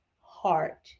heart